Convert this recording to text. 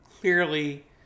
Clearly